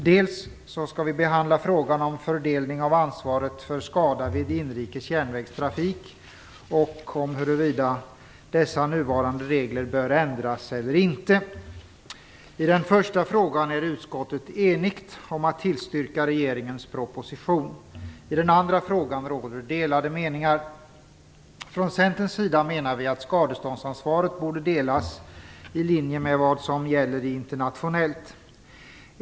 Dels skall vi behandla frågan om fördelning av ansvaret för skada vid inrikes järnvägstrafik och om huruvida de nuvarande reglerna bör ändras eller inte. I den första frågan är utskottet enigt om att tillstyrka regeringens proposition. I den andra frågan råder delade meningar. Från Centerns sida menar vi att skadeståndsansvaret borde delas i linje med vad som gäller internationellt.